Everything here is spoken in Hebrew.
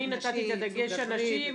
אני נתתי את הדגש הנשי.